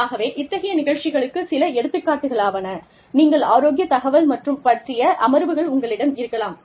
ஆகவே இத்தகைய நிகழ்ச்சிகளுக்கு சில எடுத்துக்காட்டுகளாவன நீங்கள் ஆரோக்கிய தகவல் பற்றிய அமர்வுகள் உங்களிடம் இருக்கலாம்